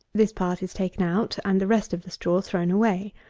this part is taken out, and the rest of the straw thrown away.